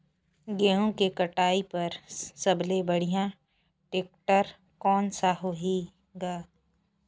गहूं के कटाई पर सबले बढ़िया टेक्टर कोन सा होही ग?